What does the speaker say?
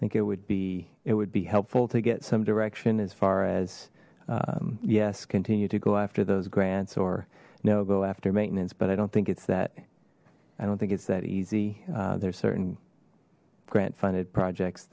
i think it would be it would be helpful to get some direction as far as yes continue to go after those grants or no go after maintenance but i don't think it's that i don't think it's that easy there's certain grant funded pro